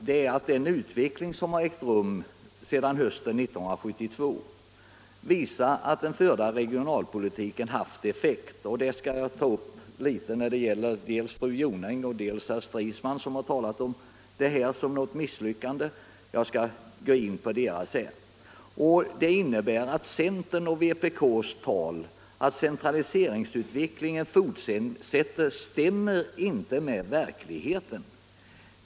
Den utveckling som har ägt rum sedan hösten 1972 visar att den förda regionalpolitiken har haft effekt. Fru Jonäng och herr Stridsman har talat om regionalpolitiken som ett misslyckande; jag skall senare närmare gå in på deras synpunkter. Centerpartiets och vänsterpartiet kommunisternas tal om att centraliseringsutvecklingen fortsätter stämmer inte med verkligheten.